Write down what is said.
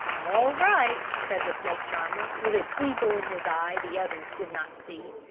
all right, said the snake charmer, with a twinkle in his eye the others did not see,